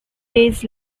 days